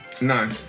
No